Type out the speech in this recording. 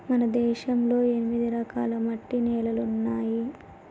మన దేశంలో ఎనిమిది రకాల మట్టి నేలలున్నాయి